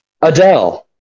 Adele